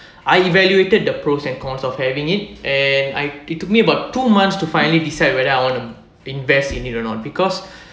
I evaluated the pros and cons of having it and I it took me about two months to finally decide whether I wanna invest in it or not because